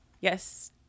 Yes